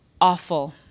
awful